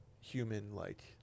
human-like